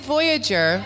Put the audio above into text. Voyager